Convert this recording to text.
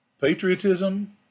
Patriotism